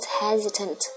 hesitant